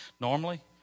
Normally